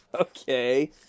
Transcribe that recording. okay